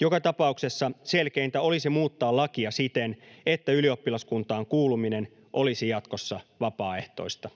Joka tapauksessa selkeintä olisi muuttaa lakia siten, että ylioppilaskuntaan kuuluminen olisi jatkossa vapaaehtoista.